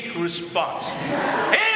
response